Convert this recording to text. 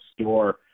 store